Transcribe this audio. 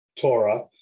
Torah